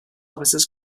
officers